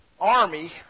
army